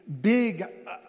big